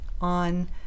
on